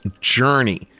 Journey